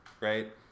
right